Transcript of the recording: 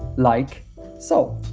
like so.